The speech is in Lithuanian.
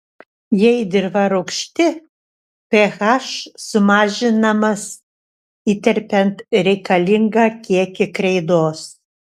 jei dirva rūgšti ph sumažinamas įterpiant reikalingą kiekį kreidos